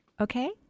Okay